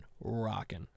rocking